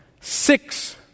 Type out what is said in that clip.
six